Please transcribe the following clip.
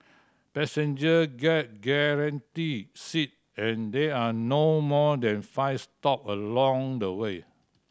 passenger get guaranteed seat and there are no more than five stop along the way